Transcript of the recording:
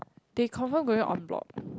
they confirm going en bloc too